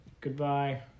Goodbye